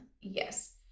Yes